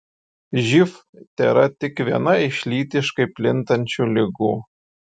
živ tėra tik viena iš lytiškai plintančių ligų